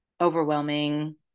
overwhelming